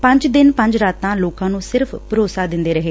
ਪੰਜ ਦਿਨ ਪੰਜ ਰਾਤਾਂ ਲੋਕਾਂ ਨੂੰ ਸਿਰਫ਼ ਭਰੋਸਾ ਦਿੰਦੇ ਰਹੇ